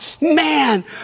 man